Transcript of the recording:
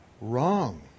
wrong